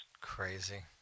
Crazy